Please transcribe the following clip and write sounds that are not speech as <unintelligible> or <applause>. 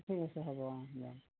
ঠিক আছে হ'ব অঁ <unintelligible>